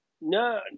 No